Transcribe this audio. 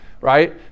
right